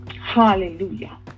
Hallelujah